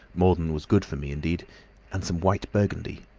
more than was good for me indeed and some white burgundy.